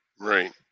Right